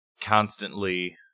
constantly